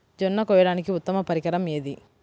జొన్న కోయడానికి ఉత్తమ పరికరం ఏది?